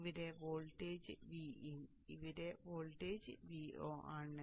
ഇവിടെ voltage Vin ഇവിടെ voltage Vo ആണ്